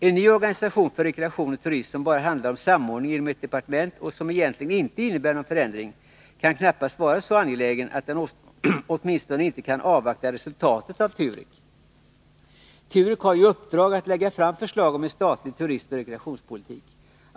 En ny organisation för rekreation och turism, som bara handlar om samordning inom ett departement och som egentligen inte innebär någon förändring, kan knappast vara så angelägen att den åtminstone inte kan avvakta resultatet av TUREK. TUREK har i uppdrag att lägga fram förslag om en statlig turistoch rekreationspolitik.